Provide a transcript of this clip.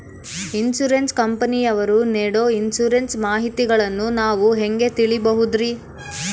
Insurance ಕಂಪನಿಯವರು ನೇಡೊ insurance ಮಾಹಿತಿಗಳನ್ನು ನಾವು ಹೆಂಗ ತಿಳಿಬಹುದ್ರಿ?